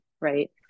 right